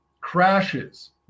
crashes